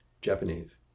Japanese